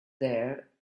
there